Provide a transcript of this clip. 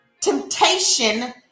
Temptation